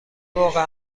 موقع